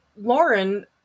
Lauren